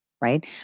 right